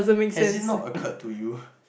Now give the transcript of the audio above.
has it not occurred to you